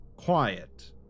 Quiet